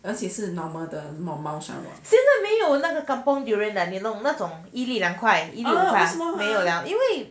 现在没有那种 kampung durian 那种一粒两块五块没有了因为